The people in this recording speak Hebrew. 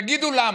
תגידו למה.